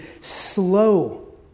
slow